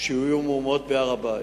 שיהיו מהומות בהר-הבית.